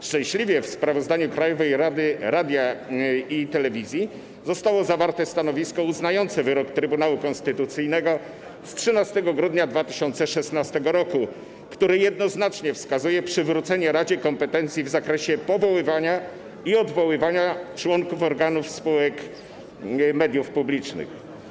Szczęśliwie w sprawozdaniu Krajowej Rady Radiofonii i Telewizji zostało zawarte stanowisko uznające wyrok Trybunału Konstytucyjnego z 13 grudnia 2016 r., który jednoznacznie wskazuje na konieczność przywrócenia radzie kompetencji w zakresie powoływania i odwoływania członków organów spółek mediów publicznych.